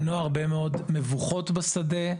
למנוע הרבה מאוד מבוכות בשדה,